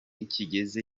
kigeze